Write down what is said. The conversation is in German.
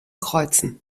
kreuzen